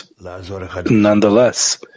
nonetheless